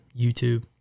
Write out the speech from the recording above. YouTube